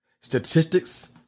statistics